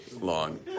long